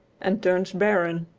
and turns barren.